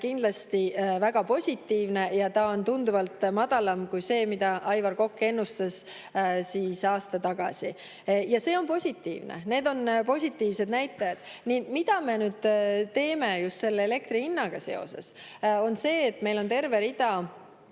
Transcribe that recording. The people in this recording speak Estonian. kindlasti väga positiivne. Ja hind on tunduvalt madalam kui see, mida Aivar Kokk ennustas aasta tagasi. Ja see on positiivne, need on positiivsed näitajad. Mida me nüüd teeme just seoses elektri hinnaga? Meil on terve rida